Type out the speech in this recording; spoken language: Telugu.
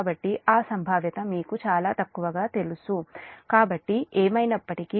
కాబట్టి ఆ సంభావ్యత మీకు చాలా తక్కువగా తెలుసు కాబట్టి ఏమైనప్పటికీ